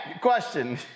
question